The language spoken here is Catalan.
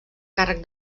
càrrec